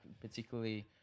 particularly